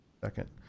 second